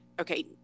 okay